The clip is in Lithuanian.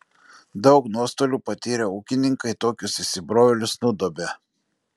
daug nuostolių patyrę ūkininkai tokius įsibrovėlius nudobia